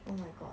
oh my god